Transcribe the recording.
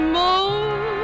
more